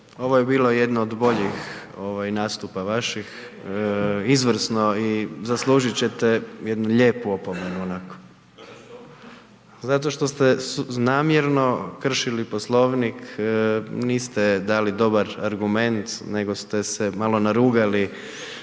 Ovo je bilo jedno od boljih nastupa vaših, izvrsno, i zaslužit ćete jednu lijepu opomenu onako zato što ste namjerno kršili Poslovnik. Niste dali dobar argument nego ste se malo narugali